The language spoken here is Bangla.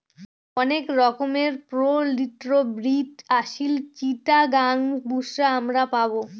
অনেক রকমের পোল্ট্রি ব্রিড আসিল, চিটাগাং, বুশরা আমরা পাবো